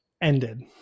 ended